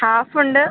half ഉണ്ട്